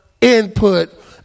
input